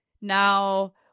now